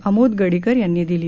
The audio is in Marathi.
आमोद गडीकर यांनी दिली